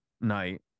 night